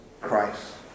Christ